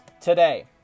today